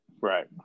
Right